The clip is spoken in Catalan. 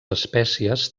espècies